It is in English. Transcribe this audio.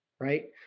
right